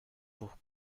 pour